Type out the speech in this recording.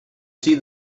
see